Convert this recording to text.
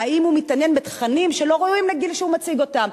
האם הוא מתעניין בתכנים שלא ראויים לגיל שהוא מציג אותם?